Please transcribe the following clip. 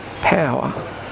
power